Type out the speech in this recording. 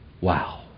Wow